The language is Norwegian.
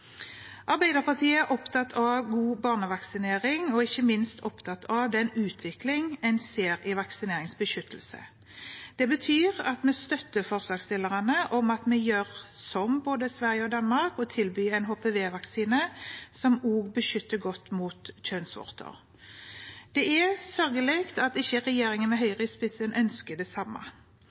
Arbeiderpartiet er opptatt av god barnevaksinering og ikke minst av den utviklingen en ser i vaksineringsbeskyttelse. Det betyr at vi støtter forslagsstillerne i at vi, som både Sverige og Danmark, tilbyr en HPV-vaksine som også beskytter godt mot kjønnsvorter. Det er sørgelig at ikke regjeringen med Høyre i spissen ønsker det samme.